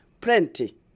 plenty